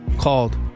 Called